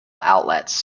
outlets